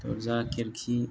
दरजा खिरखि